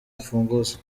imfunguzo